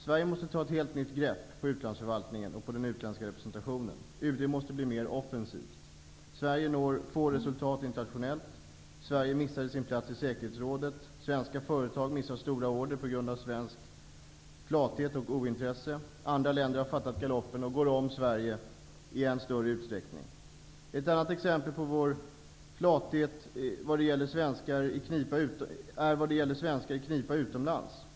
Sverige måste ta ett helt nytt grepp på utlandsförvaltningen och på den utländska representationen. UD måste bli mer offensivt. Sverige når få resultat internationellt. Sverige missade sin plats i säkerhetsrådet. Svenska företag missar stora order på grund av svensk flathet och ointresse. Andra länder har fattat galoppen och går om Sverige i än större utsträckning. Ett annat exempel på vår flathet gäller svenskar i knipa utomlands.